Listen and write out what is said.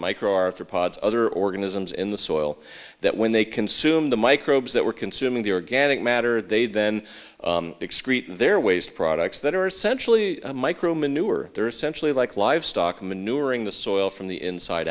micro arthropods other organisms in the soil that when they consume the microbes that we're consuming the organic matter they then excrete their waste products that are essentially micro manure they're essentially like livestock manuring the soil from the inside